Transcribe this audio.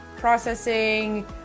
processing